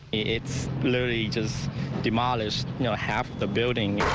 it's larry does the modest know half the building.